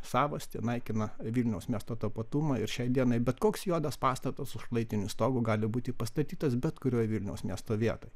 savastį naikina vilniaus miesto tapatumą ir šiai dienai bet koks juodas pastatas su šlaitiniu stogu gali būti pastatytas bet kurioj vilniaus miesto vietoj